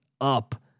up